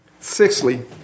Sixthly